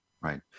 Right